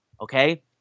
Okay